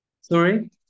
Sorry